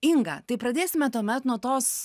inga tai pradėsime tuomet nuo tos